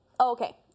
Okay